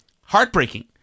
heartbreaking